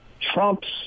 Trump's